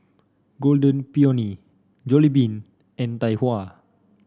Golden Peony Jollibean and Tai Hua